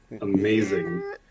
amazing